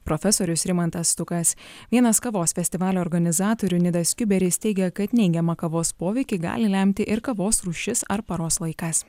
profesorius rimantas stukas vienas kavos festivalio organizatorių nidas kiuberis teigia kad neigiamą kavos poveikį gali lemti ir kavos rūšis ar paros laikas